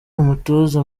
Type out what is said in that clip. umutoza